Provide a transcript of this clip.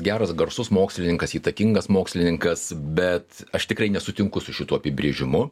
geras garsus mokslininkas įtakingas mokslininkas bet aš tikrai nesutinku su šituo apibrėžimu